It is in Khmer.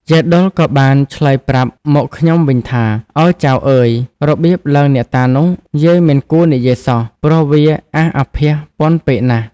យាយដុលក៏បានឆ្លើយប្រាប់មកខ្ញុំវិញថា៖ “ឱ! ចៅអើយ របៀបឡើងអ្នកតានោះ យាយមិនគួរនិយាយសោះ ព្រោះវាអាសអាភាសពន់ពេកណាស់។